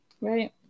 right